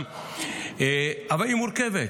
אבל היא מורכבת.